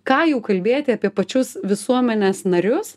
ką jau kalbėti apie pačius visuomenės narius